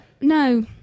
no